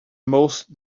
most